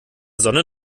sonne